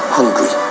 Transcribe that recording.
hungry